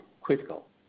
critical